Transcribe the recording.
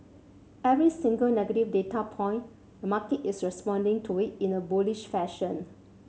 every single negative data point the market is responding to it in a bullish fashion